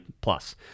Plus